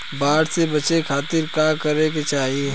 बाढ़ से बचे खातिर का करे के चाहीं?